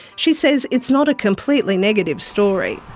she says it's not a completely negative story.